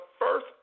first